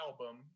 album